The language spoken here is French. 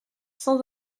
sans